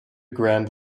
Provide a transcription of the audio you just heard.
grand